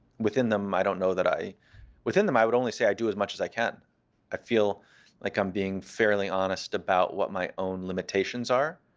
within them, i don't know that i within them, i would only say i do as much as i can. i feel like i'm being fairly honest about what my own limitations are.